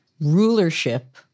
Rulership